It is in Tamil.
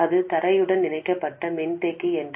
அது தரையுடன் இணைக்கப்பட்ட மின்தேக்கி என்று